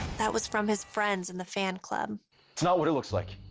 that was from his friends in the fan club. it's not what it looks like.